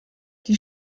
die